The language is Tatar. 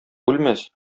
үлмәс